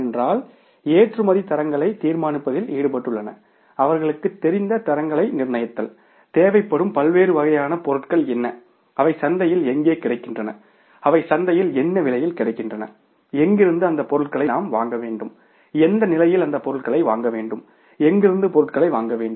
ஏனென்றால் ஏற்றுமதிகள் தரங்களை தீர்மானிப்பதில் ஈடுபட்டுள்ளன அவர்களுக்குத் தெரிந்த தரங்களை நிர்ணயித்தல் தேவைப்படும் பல்வேறு வகையான பொருட்கள் என்ன அவை சந்தையில் எங்கே கிடைக்கின்றன அவை சந்தையில் எந்த விலையில் கிடைக்கின்றன எங்கிருந்து அந்த பொருளை நாம் வாங்க வேண்டும் எந்த விலையில் அந்த பொருளை வாங்க வேண்டும் எங்கிருந்து பொருள் வாங்க வேண்டும்